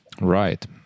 Right